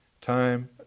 time